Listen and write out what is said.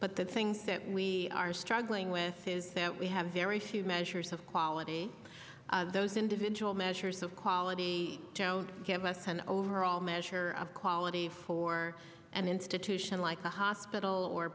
but the thing that we are struggling with is that we have very few measures of quality those individual measures of quality give us an overall measure of quality for an institution like the hospital or